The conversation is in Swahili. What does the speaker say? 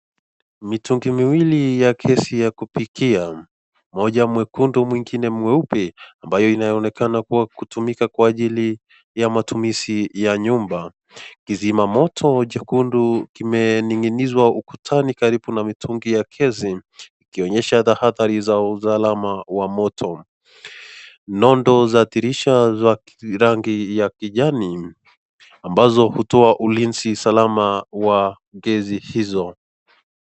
Mitungi miwili ya gesi ya kupikia moja mwekundu mwingine mweupe ambayo inaonekana kwa kutumika kwa ajili ya matumizi ya nyumba. Kizima moto chekundu kimening'inizwa ukutani karibu na mitungi ya gesi ikionyesha thahadhali za usalama wa moto. Nondo za dirisha za rangi ya kijani ambazo hutoa ulinzi salama wa gesi hizo.